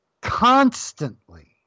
constantly